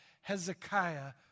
Hezekiah